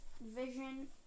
vision